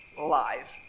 live